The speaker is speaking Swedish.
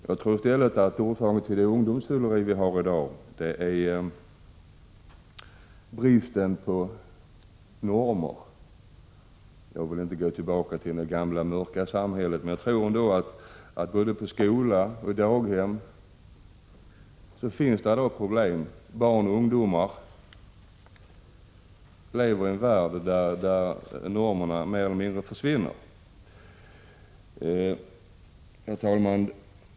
Jag tror i stället att orsaken till det ungdomsfylleri som vi har i dag är bristen på normer. Jag vill inte att vi går tillbaka till det gamla, mörka samhället, men jag tror att man har problem i detta avseende både i skola och på daghem. Barn och ungdomar lever i en värld där normerna mer och mer försvinner. Herr talman!